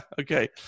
Okay